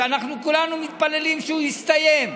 שכולנו מתפללים שהוא יסתיים,